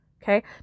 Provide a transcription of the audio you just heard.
Okay